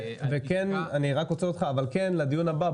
אבל כן לדיון הבא,